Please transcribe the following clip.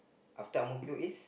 after Ang-Mo-Kio is